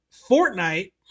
Fortnite